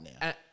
now